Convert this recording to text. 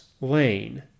lane